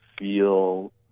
feel